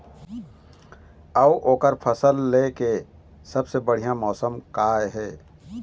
अऊ ओकर फसल लेय के सबसे बढ़िया मौसम का ये?